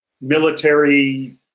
military